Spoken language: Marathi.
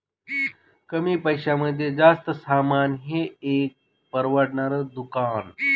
कमी पैशांमध्ये जास्त सामान हे आहे एक परवडणार दुकान